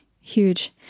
huge